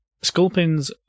Sculpin's